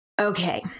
Okay